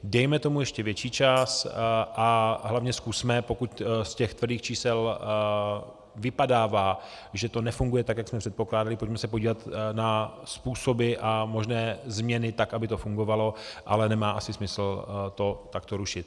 Dejme tomu ještě větší čas a hlavně zkusme, pokud z těch tvrdých čísel vypadává, že to nefunguje tak, jak jsme předpokládali, pojďme se podívat na způsoby a možné změny tak, aby to fungovalo, ale nemá asi smysl to takto rušit.